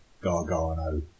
Gargano